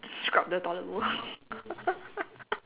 scrub the toilet bowl